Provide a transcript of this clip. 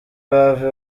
bava